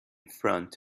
front